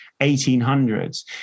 1800s